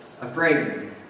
afraid